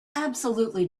absolutely